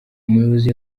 umuyobozi